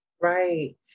Right